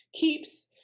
Keeps